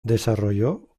desarrolló